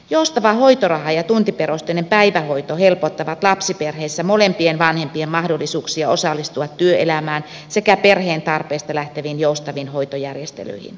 joustava hoitoraha ja tuntiperusteinen päivähoito helpottavat lapsiperheissä molempien vanhempien mahdollisuuksia osallistua työelämään sekä perheen tarpeista lähteviin joustaviin hoitojärjestelyihin